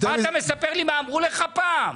אתה מספר לי מה אמרו לך פעם?